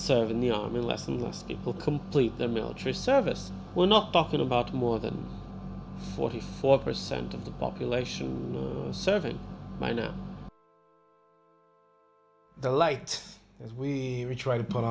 serve in the army less and less people complete their military service we're not talking about more than forty four percent of the population serving i know the light as we try to put